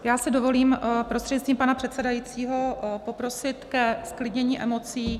Já si dovolím prostřednictvím pana předsedajícího poprosit ke zklidnění emocí.